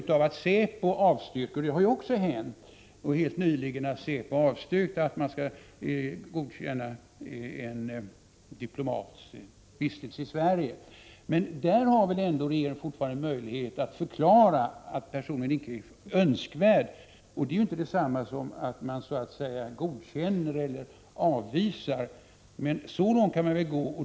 Men om säpo avstyrker — det hände ju nyligen att säpo avstyrkte godkännande av en diplomats vistelse i Sverige — har väl regeringen fortfarande möjlighet att förklara att personen i fråga inte är önskvärd. Det är inte detsamma som att man avvisar personen.